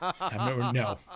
no